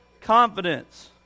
confidence